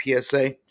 PSA